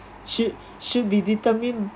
should should be determined